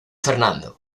fernando